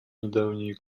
недавние